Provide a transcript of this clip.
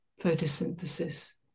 photosynthesis